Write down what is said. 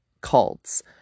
cults